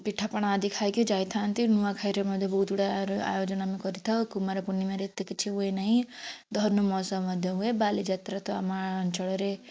ପିଠାପଣା ଆଦି ଖାଇକି ଯାଇଥାନ୍ତି ନୂଆଖାଇରେ ମଧ୍ୟ ବହୁତ ଗୁଡ଼ାଏ ଆୟୋଜନ ଆମେ କରିଥାଉ କୁମାରପୂର୍ଣ୍ଣିମାରେ ଏତେ କିଛି ହୁଏ ନାହିଁ ଧନୁ ମହୋତ୍ସବ ମଧ୍ୟ ହୁଏ ବାଲିଯାତ୍ରା ତ ଆମ ଅଞ୍ଚଳରେ